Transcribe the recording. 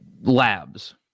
Labs